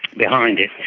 behind it.